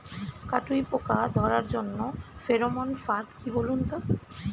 কাটুই পোকা ধরার জন্য ফেরোমন ফাদ কি বলুন তো?